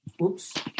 Oops